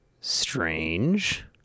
strange